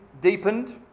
deepened